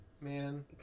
man